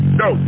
go